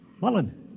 Mullen